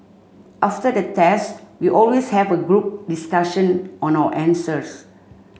after the test we always have a group discussion on our answers